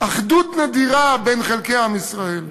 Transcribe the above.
אחדות נדירה בין חלקי עם ישראל.